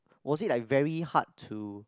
was it like very hard to